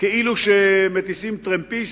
כאילו מטיסים טרמפיסט.